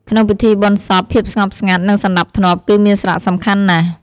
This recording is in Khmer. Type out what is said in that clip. ក្នុងពិធីបុណ្យសព ភាពស្ងប់ស្ងាត់ និងសណ្តាប់ធ្នាប់គឺមានសារៈសំខាន់ណាស់។